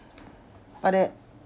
but that